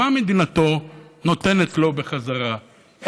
מה מדינתו נותנת לו בחזרה,